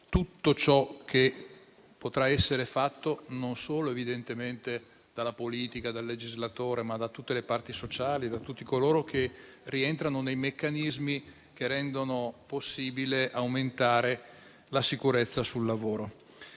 tutto ciò che potrà essere fatto, non solo evidentemente dalla politica, dal legislatore, ma da tutte le parti sociali e da tutti coloro che rientrano nei meccanismi che rendono possibile aumentare la sicurezza sul lavoro,